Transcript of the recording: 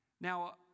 Now